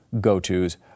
go-to's